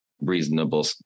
reasonable